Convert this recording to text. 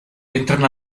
entren